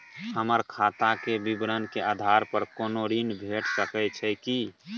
हमर खाता के विवरण के आधार प कोनो ऋण भेट सकै छै की?